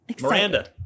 Miranda